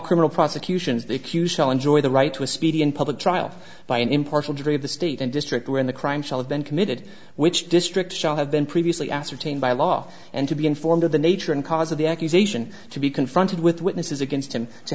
criminal prosecutions the accused shall enjoy the right to a speedy and public trial by an impartial jury of the state and district or in the crime shall have been committed which district shall have been previously ascertained by law and to be informed of the nature and cause of the accusation to be confronted with witnesses against him to